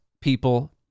people